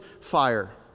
fire